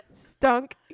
Stunk